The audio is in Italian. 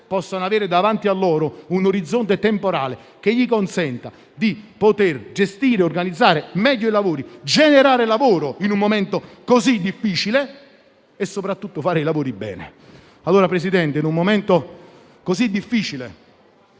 possano avere davanti a loro un orizzonte temporale che consenta loro di gestire e organizzare meglio i lavori, generare lavoro in un momento così difficile e soprattutto fare i lavori bene. Signor Presidente, in un momento di così